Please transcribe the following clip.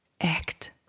act